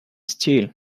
steel